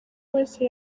wese